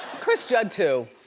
chris judd too.